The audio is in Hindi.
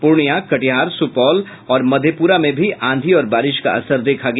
पूर्णिया कटिहार सुपौल और मधेपुरा में भी आंधी और बारिश का असर देखा गया